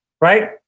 right